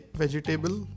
vegetable